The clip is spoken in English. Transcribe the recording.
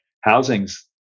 Housing's